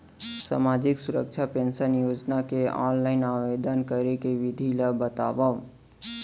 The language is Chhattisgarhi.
सामाजिक सुरक्षा पेंशन योजना के ऑनलाइन आवेदन करे के विधि ला बतावव